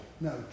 No